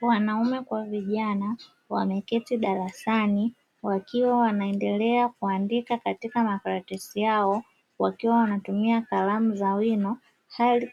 Wanaume kwa vijana wameketi darasani, wakiwa wanaendelea kuandika katika makaratasi yao, wakiwa wanatumia kalamu za wino